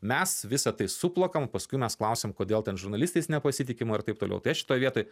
mes visa tai suplakam paskui mes klausiam kodėl ten žurnalistais nepasitikim ar taip toliau tai aš šitoj vietoj